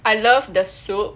I love the soup